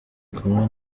kumwe